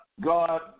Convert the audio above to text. God